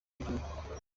w’igihugu